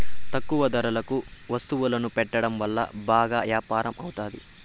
తక్కువ ధరలకు వత్తువులను పెట్టడం వల్ల బాగా యాపారం అవుతాది